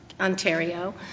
Ontario